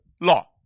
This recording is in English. law